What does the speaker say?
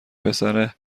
پسر